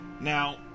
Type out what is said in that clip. Now